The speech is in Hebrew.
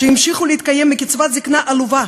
ימשיכו להתקיים מקצבת זיקנה עלובה,